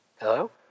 hello